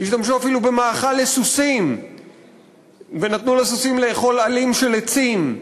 השתמשו אפילו במאכל לסוסים ונתנו לסוסים לאכול עלים של עצים.